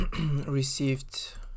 received